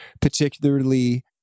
particularly